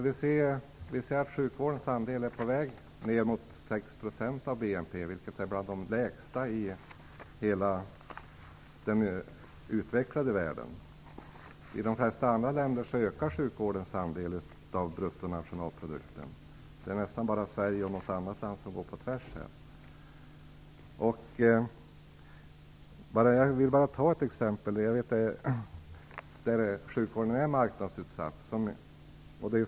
Vi ser att sjukvårdens andel är på väg ner mot 6 % av BNP, vilket är en av de lägsta siffrorna i hela den utvecklade världen. I flertalet andra länder ökar sjukvårdens andel av bruttonationalprodukten. Det är väl bara Sverige och något annat land som går på tvärs här. Jag skall nämna ett exempel på marknadsutsatt sjukvård.